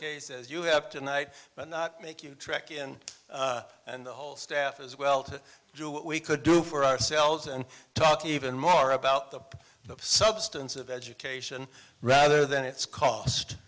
case as you have tonight but not make you trek in and the whole staff as well to do what we could do for ourselves and talk even more about the the substance of education rather than its cost